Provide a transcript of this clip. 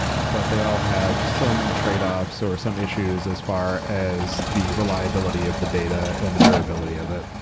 but they all have some tradeoffs or some issues as far as the reliability of the data and the durability of it.